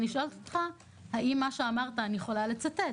ואני שואלת אותך: האם מה שאמרת אני יכולה לצטט?